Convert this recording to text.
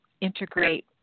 integrate